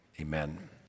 amen